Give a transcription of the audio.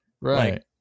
Right